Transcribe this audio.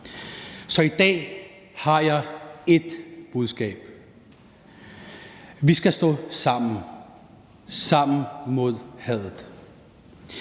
Så i dag har jeg ét budskab: Vi skal stå sammen, sammen mod hadet.